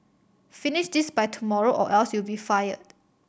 finish this by tomorrow or else you'll be fired